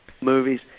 movies